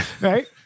right